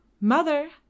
Mother